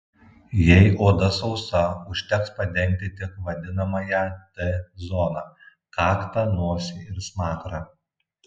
jei oda sausa užteks padengti tik vadinamąją t zoną kaktą nosį ir smakrą